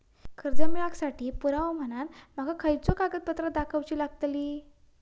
कर्जा मेळाक साठी पुरावो म्हणून माका खयचो कागदपत्र दाखवुची लागतली?